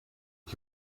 ich